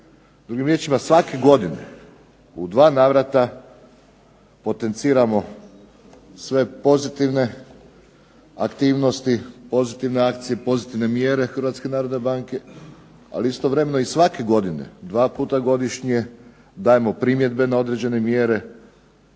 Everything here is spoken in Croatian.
Drugim riječima, svake godine u dva navrata potenciramo sve pozitivne aktivnosti, pozitivne akcije, pozitivne mjere Hrvatske narodne banke. Ali istovremeno i svake godine dva puta godišnje dajemo primjedbe na određene mjere.